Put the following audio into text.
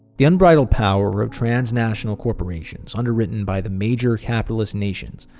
the unbridled power of transnational corporations, underwritten by the major capitalist nations,